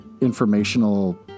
informational